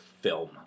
film